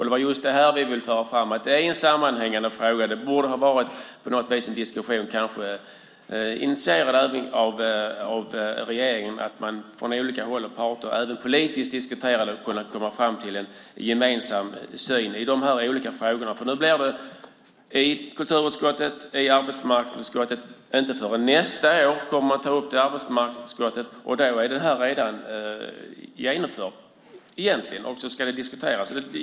Det var just det här vi ville föra fram, att det är en sammanhängande fråga och att det borde ha varit en diskussion initierad av regeringen att man från olika håll och parter politiskt diskuterar och kan komma fram till en gemensam syn i de här olika frågorna. Nu blir det, i kulturutskottet och i arbetsmarknadsutskottet, inte förrän nästa år som man kommer att ta upp det och då är det här redan genomfört. Då ska det diskuteras.